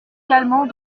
calmant